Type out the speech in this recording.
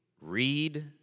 read